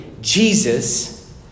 Jesus